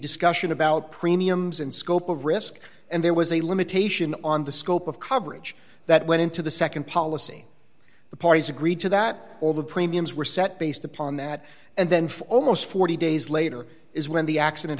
discussion about premiums and scope of risk and there was a limitation on the scope of coverage that went into the nd policy the parties agreed to that all the premiums were set based upon that and then for almost forty days later is when the accident